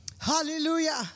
Hallelujah